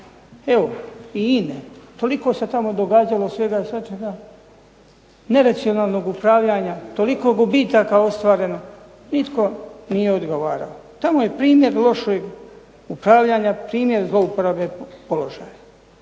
sektor i INE toliko toga se događalo tamo svega i svačega, neracionalnog upravljanja, toliko gubitaka ostvareno, nitko nije odgovarao, tamo je primjer lošeg upravljanja, primjer zlouporabe položaja.